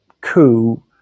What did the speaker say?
coup